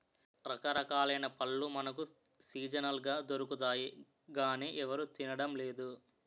రకరకాలైన పళ్ళు మనకు సీజనల్ గా దొరుకుతాయి గానీ ఎవరూ తినడం లేదు